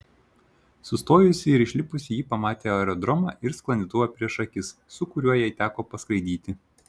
sustojusi ir išlipusi ji pamatė aerodromą ir sklandytuvą prieš akis su kuriuo jai teko paskraidyti